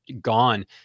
gone